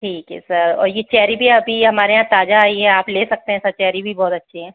ठीक है सर और यह चेरी भी अभी हमारे यहाँ ताज़ा आई है आप ले सकते हैं चेरी भी बहुत अच्छी है